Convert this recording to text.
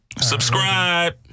Subscribe